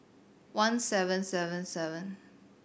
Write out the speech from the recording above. one seven seven seven